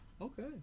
okay